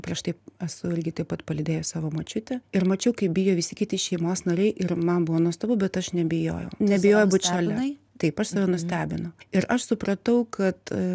prieš tai esu lygiai taip pat palydėjus savo močiutęi ir mačiau kaip bijo visi kiti šeimos nariai ir man buvo nuostabu bet aš nebijojau nebijojau būt šalia taip aš save nustebinau ir aš supratau kad